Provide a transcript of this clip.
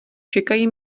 čekají